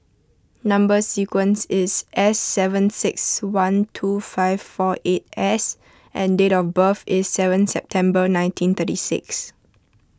Number Sequence is S seven six one two five four eight S and date of birth is seven September nineteen thirty six